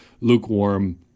lukewarm